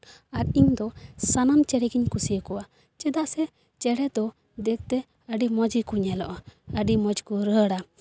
ᱟᱨ ᱤᱧ ᱫᱚ ᱥᱟᱱᱟᱢ ᱪᱮᱬᱮ ᱜᱮᱧ ᱠᱩᱥᱤ ᱟᱠᱚᱣᱟ ᱪᱮᱫᱟᱜ ᱥᱮ ᱪᱮᱬᱮ ᱫᱚ ᱫᱮᱠᱷᱛᱮ ᱟᱹᱰᱤ ᱢᱚᱡᱽ ᱜᱮᱠᱚ ᱧᱮᱞᱚᱜᱼᱟ ᱟᱹᱰᱤ ᱢᱚᱡᱽ ᱠᱚ ᱨᱟᱹᱲᱟ